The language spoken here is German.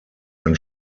ein